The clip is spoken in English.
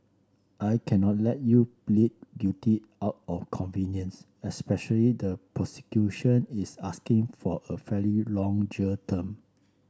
I cannot let you plead guilty out of convenience especially the prosecution is asking for a fairly long jail term